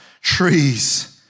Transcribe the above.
trees